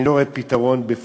אני לא רואה פתרון בפועל,